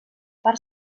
per